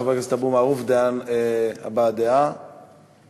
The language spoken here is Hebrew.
חבר הכנסת אבו מערוף, הבעת דעה מהמיקרופון.